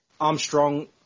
Armstrong